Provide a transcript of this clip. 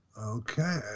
Okay